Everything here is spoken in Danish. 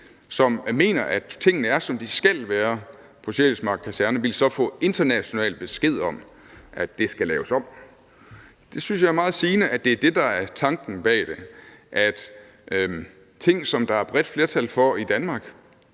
som mener, at tingene er, som de skal være på Sjælsmark Kaserne, få international besked om, at det skal laves om. Jeg synes, det er meget sigende, at det er det, der er tanken bag det, altså at ting, som der i Danmark